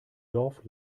dorf